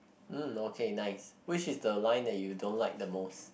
mm okay nice which is the line that you don't like the most